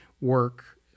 work